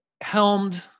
helmed